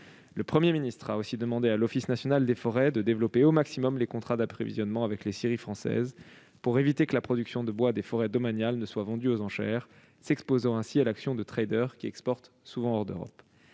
Le Premier ministre a aussi demandé à l'Office national des forêts de développer au maximum les contrats d'approvisionnement avec les scieries françaises, pour éviter que la production de bois des forêts domaniales ne soit vendue aux enchères, s'exposant ainsi à l'action de traders qui exportent souvent hors d'Europe.